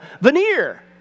veneer